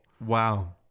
Wow